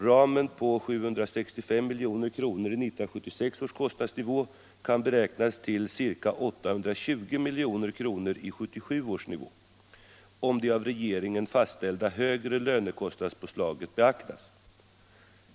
Ramen på 765 milj.kr. i 1976 års kostnadsnivå kan beräknas till 820 milj.kr. i 1977 års nivå, om det av regeringen fastställda högre lönekostnadspålägget beaktas.